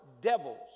devils